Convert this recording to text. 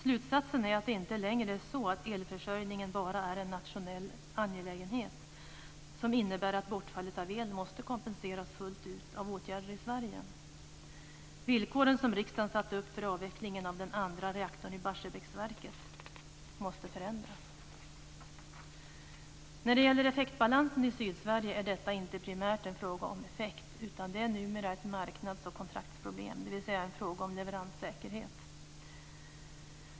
Slutsatsen är att det inte längre är så att elförsörjningen bara är en nationell angelägenhet som innebär att bortfallet av el måste kompenseras fullt ut av åtgärder i Sverige. Villkoren som riksdagen satte upp för avvecklingen av den andra reaktorn i Barsebäcksverket måste förändras. Effektbalansen i Sydsverige är inte primärt en fråga om effekt, utan det är numera ett marknads och kontraktsproblem, dvs. en fråga om leveranssäkerhet.